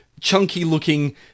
Chunky-looking